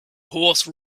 horse